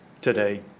today